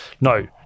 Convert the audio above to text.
No